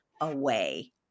away